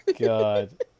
God